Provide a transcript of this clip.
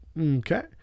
Okay